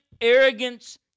arrogance